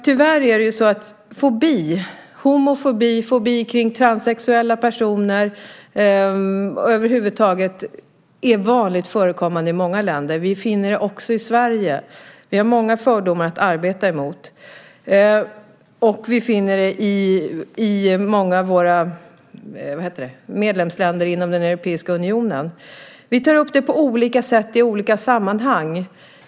Tyvärr är det ju så att fobi - homofobi, fobi kring transsexuella personer och fobi över huvud taget - är vanligt förekommande i många länder. Vi finner det också i Sverige. Vi har många fördomar att arbeta emot. Vi finner det också i många av våra medlemsländer inom den europeiska unionen. Vi tar upp det på olika sätt i olika sammanhang.